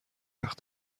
وقت